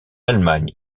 allemagne